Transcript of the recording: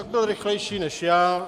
Tak byl rychlejší než já.